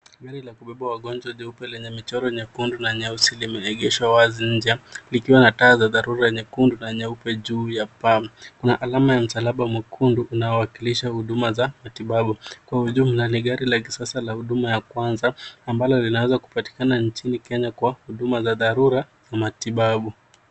Gari la kubeba wagonjwa jeupe lenye michoro nyekundu na nyeusi limeegeshwa wazi nje likiwa na taa za dharura nyekundu na nyeupe juu ya paa. Kuna alama ya msalaba mwekundu unaowakilisha huduma za matibabu Kwa ujumla ni gari la kisasa la huduma ya kwanza ambalo linaweza kupatikana nchini Kenya kwa huduma za dharura na matibabu.